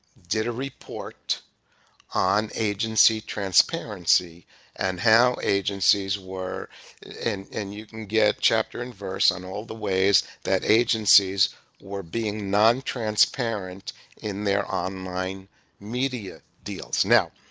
did a report on agency transparency and how agencies were and you can get chapter and verse on all the ways that agencies were being nontransparent in their online media deals. now,